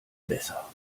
besser